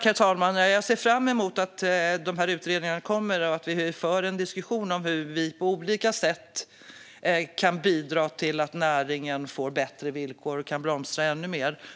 Herr talman! Jag ser fram emot att dessa utredningar kommer och att vi för en diskussion om hur vi på olika sätt kan bidra till att näringen får bättre villkor och kan blomstra ännu mer.